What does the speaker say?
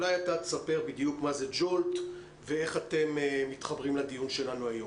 אתה תספר בדיוק מה זה Jolt ואיך אתם מתחברים לדיון שלנו היום.